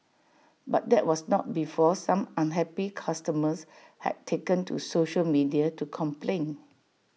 but that was not before some unhappy customers had taken to social media to complain